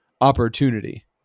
opportunity